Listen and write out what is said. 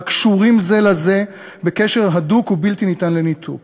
קשורים זה לזה בקשר הדוק ובלתי ניתן לניתוק.